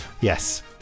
Yes